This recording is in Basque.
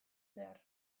zehar